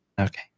okay